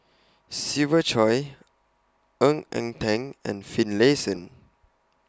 Siva Choy Ng Eng Teng and Finlayson